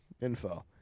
info